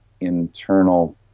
internal